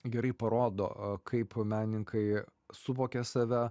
gerai parodo kaip meninkai suvokė save